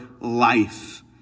life